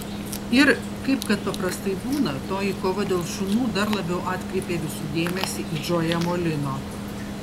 ir kaip kad paprastai būna toji kova dėl šunų dar labiau atkreipė visų dėmesį į džoją molino